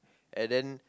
and then